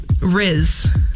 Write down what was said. Riz